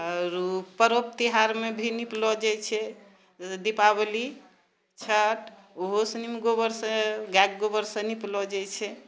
आओर पर्व त्यौहारमे भी निपलो जाइत छै दीपावली छठ ओहो सनिमे गोबरसँ गायके गोबरसँ निपलो जाइत छै